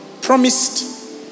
promised